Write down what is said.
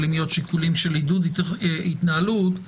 שיקולים של עידוד התנהלות.